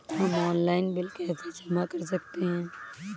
हम online bill कैसे जमा कर सकते हैं?